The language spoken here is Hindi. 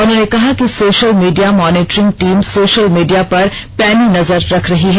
उन्होंने कहा कि social media monitoring team social media पर पैनी नजर रख रही है